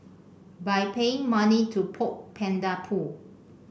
by paying money to poke panda poo